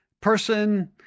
person